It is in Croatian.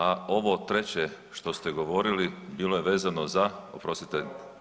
A ovo treće što ste govorili bilo je vezano za, oprostite.